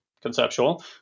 conceptual